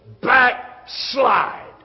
backslide